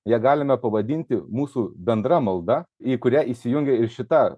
ją galime pavadinti mūsų bendra malda į kurią įsijungė ir šita